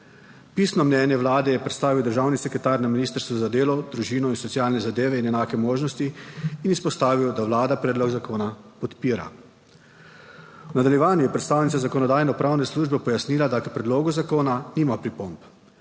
Pisno mnenje Vlade je predstavil državni sekretar na Ministrstvu za delo, družino, socialne zadeve in enake možnosti in izpostavil, da Vlada predlog zakona podpira. V nadaljevanju je predstavnica Zakonodajno-pravne službe pojasnila, da k predlogu zakona nima pripomb.